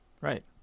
Right